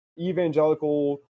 evangelical